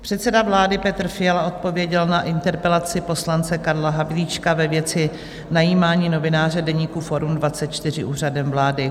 Předseda vlády Petr Fiala odpověděl na interpelaci poslance Karla Havlíčka ve věci najímání novináře deníku Forum24 Úřadem vlády.